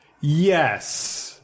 Yes